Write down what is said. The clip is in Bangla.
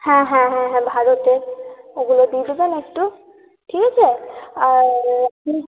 হ্যাঁ হ্যাঁ হ্যাঁ হ্যাঁ ভারতের ওগুলো দিয়ে দেবেন একটু ঠিক আছে আর হুম